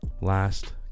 last